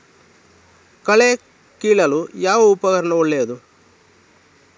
ಕಳೆ ಕೀಳಲು ಯಾವ ಉಪಕರಣ ಒಳ್ಳೆಯದು?